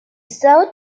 served